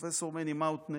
פרופ' מני מאוטנר